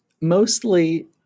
mostly